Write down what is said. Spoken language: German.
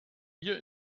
wir